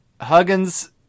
Huggins